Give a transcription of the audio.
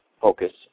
Focus